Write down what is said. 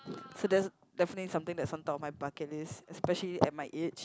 so that's definitely something that's on top of my bucket list especially at my age